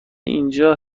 اینجا